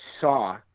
saw